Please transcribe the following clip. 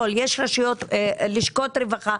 מאוד יעיל על מנת לספק שירותים לכל החוסים שנמצאים במסגרות.